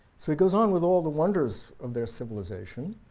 so he goes on with all the wonders of their civilization,